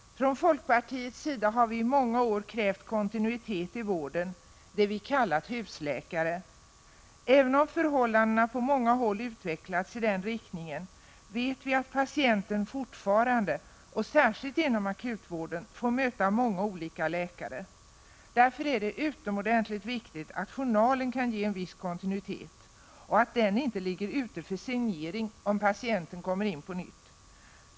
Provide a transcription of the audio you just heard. Från folkpartiets sida har vi i många år krävt kontinuitet i vården, dvs. det vi kallat husläkare. Även om förhållandena på många håll utvecklats i den riktningen vet vi att patienten, särskilt inom akutvården, fortfarande får möta många olika läkare. Därför är det utomordentligt viktigt att journalen kan ge en viss kontinuitet och att den inte ligger ute för signering om patienten kommer in på nytt.